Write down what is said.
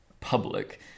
public